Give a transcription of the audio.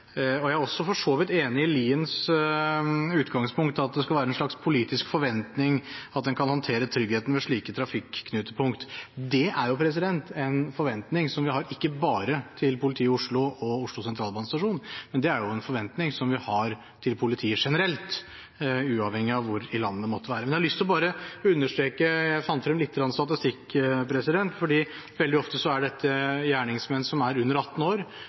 Jeg er for så vidt også enig i Liens utgangspunkt, at det skal være en slags politisk forventning at en kan håndtere tryggheten ved slike trafikknutepunkt. Det er en forventning som vi har ikke bare til politiet i Oslo og Oslo Sentralstasjon, det er en forventning som vi har til politiet generelt, uavhengig av hvor i landet det måtte være. Men det er noe jeg har lyst til å understreke. Jeg fant frem lite grann statistikk. Veldig ofte er dette gjerningsmenn som er under 18 år,